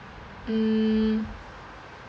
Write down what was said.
mm